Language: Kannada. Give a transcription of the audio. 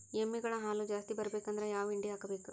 ಎಮ್ಮಿ ಗಳ ಹಾಲು ಜಾಸ್ತಿ ಬರಬೇಕಂದ್ರ ಯಾವ ಹಿಂಡಿ ಹಾಕಬೇಕು?